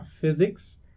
physics